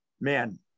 man